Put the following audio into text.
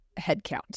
headcount